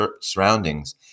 surroundings